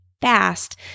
fast